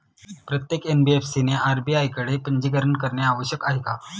प्रत्येक एन.बी.एफ.सी ने आर.बी.आय कडे पंजीकरण करणे आवश्यक आहे का?